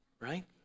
Right